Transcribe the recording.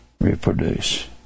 reproduce